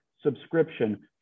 subscription